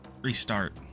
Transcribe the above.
Restart